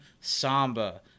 Samba